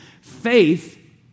faith